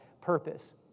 purpose